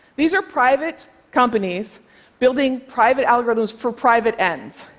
these are private companies building private algorithms for private ends.